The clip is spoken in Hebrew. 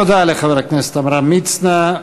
תודה לחבר הכנסת עמרם מצנע.